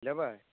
लेबै